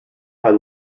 had